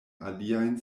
aliajn